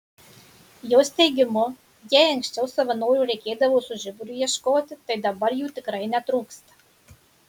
jos teigimu jei anksčiau savanorių reikėdavo su žiburiu ieškoti tai dabar jų tikrai netrūksta